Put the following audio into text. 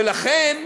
ולכן,